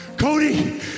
Cody